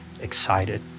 excited